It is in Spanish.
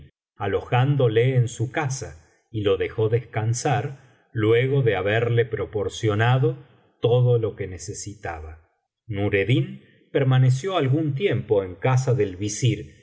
nureddin alojándole en su casa y lo dejó descansar luego de haberle proporcionado todo lo que necesitaba nureddin permaneció algún tiempo en casa del visir y